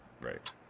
Right